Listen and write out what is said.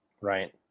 Right